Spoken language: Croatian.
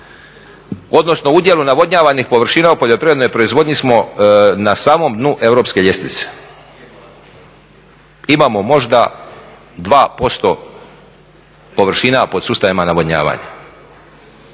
odnosno udjelu navodnjavanih površina u poljoprivrednoj proizvodnji smo na samom dnu europske ljestvice. Imamo možda 2% površina pod sustavima navodnjavanja.